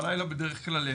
בלילה בדרך כלל אין.